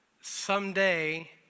Someday